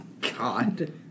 God